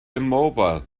immobile